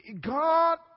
God